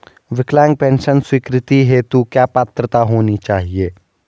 विकलांग पेंशन स्वीकृति हेतु क्या पात्रता होनी चाहिये?